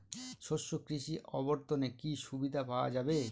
শস্য কৃষি অবর্তনে কি সুবিধা পাওয়া যাবে?